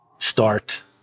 start